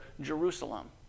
Jerusalem